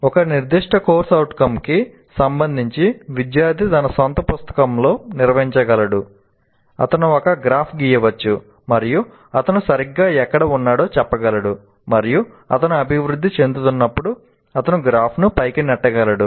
ఒక నిర్దిష్ట CO కి సంబంధించి విద్యార్థి తన సొంత పుస్తకంలో నిర్వహించగలడు అతను ఒక గ్రాఫ్ గీయవచ్చు మరియు అతను సరిగ్గా ఎక్కడ ఉన్నాడో చెప్పగలడు మరియు అతను అభివృద్ధి చెందుతున్నప్పుడు అతను గ్రాఫ్ను పైకి నెట్టగలడు